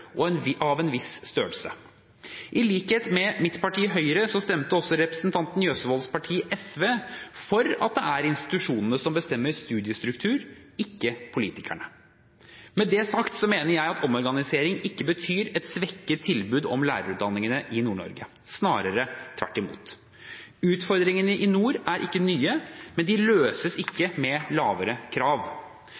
av en viss størrelse. I likhet med mitt parti, Høyre, stemte også representanten Meisfjord Jøsevolds parti, SV, for at det er institusjonene som bestemmer studiestruktur, ikke politikerne. Med det sagt mener jeg at omorganisering ikke betyr et svekket tilbud om lærerutdanning i Nord-Norge, snarere tvert imot. Utfordringene i nord er ikke nye, men de løses ikke